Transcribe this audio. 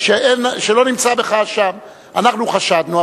ומצד שני לצמצם את מספר העובדים הזרים בחקלאות או בחקלאות